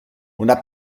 una